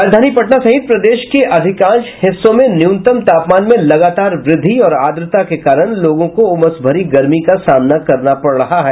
राजधानी पटना सहित प्रदेश के अधिकांश हिस्सों में न्यूनतम तापमान में लगातार वृद्धि और आद्रता के कारण लोगों को उमस भरी गर्मी का सामना करना पड़ रहा है